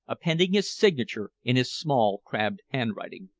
appending his signature in his small crabbed handwriting.